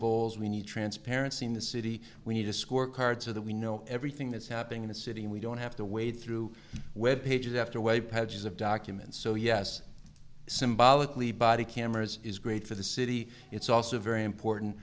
need transparency in the city we need a scorecard so that we know everything that's happening in the city and we don't have to wade through web pages after way pages of documents so yes symbolically body cameras is great for the city it's also very important